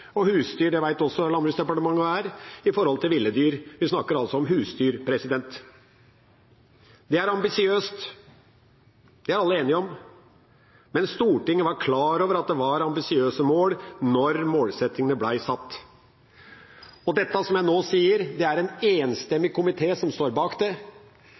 Husdyr vet også Landbruks- og matdepartementet hva er i forhold til ville dyr. Vi snakker altså om husdyr. Det er ambisiøst, det er alle enig om, men Stortinget var klar over at det var ambisiøse mål, da målsettingene ble satt. Dette jeg nå sier, er det en enstemmig komité som står bak: presisjonen i målsettingene, at det